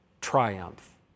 triumph